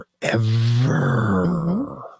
forever